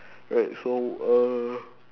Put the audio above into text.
wait so uh